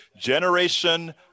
Generation